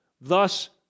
Thus